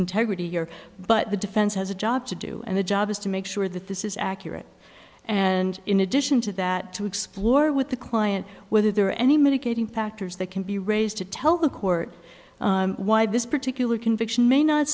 integrity here but the defense has a job to do and the job is to make sure that this is accurate and in addition to that to explore with the client whether there are any mitigating factors that can be raised to tell the court why this particular conviction may not